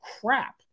crap